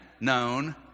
known